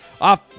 Off